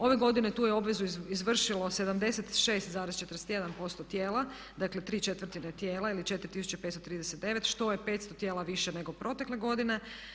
Ove godine tu je obvezu izvršilo 76,41% tijela, dakle ¾ tijela ili 4539 što je 500 tijela više nego protekle godine.